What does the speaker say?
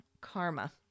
karma